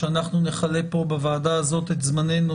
שאנחנו נכלה פה בוועדה הזאת את זמנינו